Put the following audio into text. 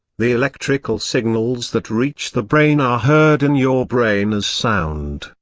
the electrical signals that reach the brain are heard in your brain as sound,